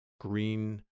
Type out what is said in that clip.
green